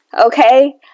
Okay